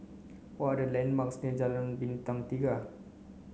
what are the landmarks Bintang Tiga